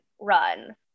run